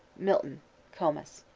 milton comus.